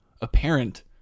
apparent